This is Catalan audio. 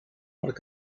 quart